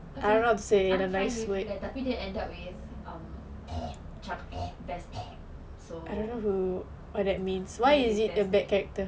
I'm fine with that tapi dia end up with um macam best so been tested